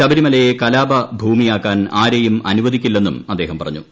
ശബരിമലയെ കലാപ ഭൂമിയാക്കാൻ ആരെയും അനുവദിക്കില്ലെന്നും അദ്ദേഹം പറഞ്ഞു